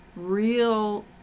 Real